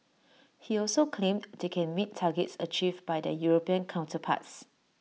he also claimed they can meet targets achieved by their european counterparts